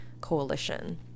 coalition